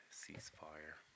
ceasefire